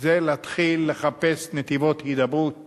זה להתחיל לחפש נתיבי הידברות